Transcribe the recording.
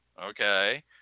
okay